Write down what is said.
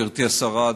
גברתי השרה,